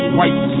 white